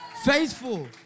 Faithful